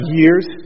years